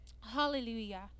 Hallelujah